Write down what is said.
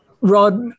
Rod